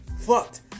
Fucked